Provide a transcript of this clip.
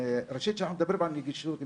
כשאנחנו מדברים על נגישות,